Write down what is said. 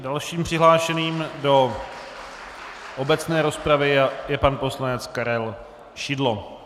Dalším přihlášeným do obecné rozpravy je pan poslanec Karel Šidlo.